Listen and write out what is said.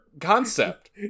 concept